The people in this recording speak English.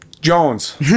Jones